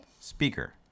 Speaker